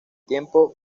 tiempo